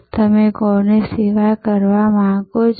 તમે કોની સેવા કરો છો